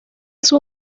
sus